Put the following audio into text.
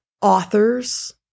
authors